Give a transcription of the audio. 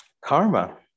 karma